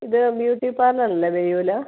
ഇത് beauty parlour അല്ലേ വെയ്യോല